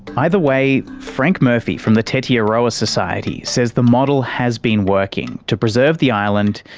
either way, frank murphy from the tetiaroa society says the model has been working to preserve the island,